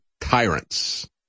tyrants